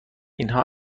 اینها